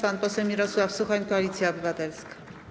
Pan poseł Mirosław Suchoń, Koalicja Obywatelska.